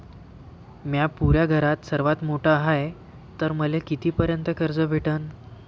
म्या पुऱ्या घरात सर्वांत मोठा हाय तर मले किती पर्यंत कर्ज भेटन?